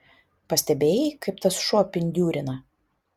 pastebėjai kaip tas šuo pindiūrina